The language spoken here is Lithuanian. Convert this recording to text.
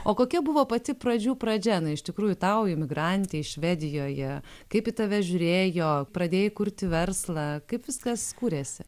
o kokia buvo pati pradžių pradžia na iš tikrųjų tau imigrantei švedijoje kaip į tave žiūrėjo pradėjai kurti verslą kaip viskas kūrėsi